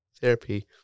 therapy